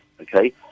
okay